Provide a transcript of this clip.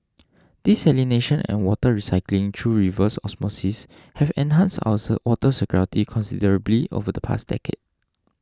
desalination and water recycling through reverse osmosis have enhanced ours water security considerably over the past decade